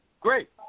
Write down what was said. Great